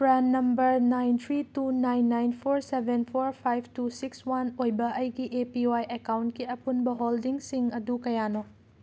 PRAN number nine three two nine nine four seven four five two six one ꯑꯣꯏꯕ ꯑꯩꯒꯤ A P Y ꯑꯦꯀꯥꯎꯟꯀꯤ ꯑꯄꯨꯟꯕ ꯍꯣꯜꯗꯤꯡꯁꯤꯡ ꯑꯗꯨ ꯀꯌꯥꯅꯣ